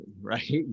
right